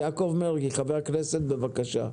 חבר הכנסת יעקב מרגי, בבקשה.